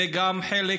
וגם חלק